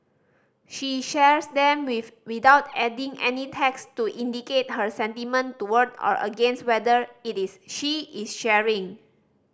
she shares them with without adding any text to indicate her sentiment toward or against whether it is she is sharing